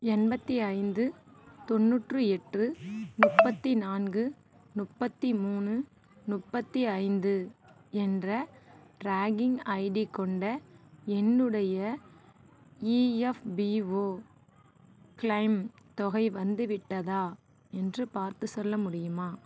எண்பத்தி ஐந்து தொண்ணுற்றி எட்டு முப்பத்தி நான்கு முப்பத்தி மூணு முப்பத்தி ஐந்து என்ற ட்ராக்கிங் ஐடி கொண்ட என்னுடைய இஎஃப்பிஓ கிளைம் தொகை வந்துவிட்டதா என்று பார்த்துச் சொல்ல முடியுமா